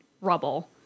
rubble